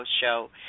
Show